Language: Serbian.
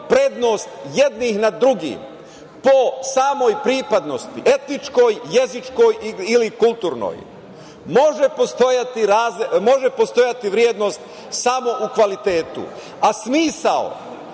prednost jednih nad drugima po samoj pripadnosti, etničkoj, jezičkoj ili kulturnoj. Može postojati vrednost samo u kvalitetu, a smisao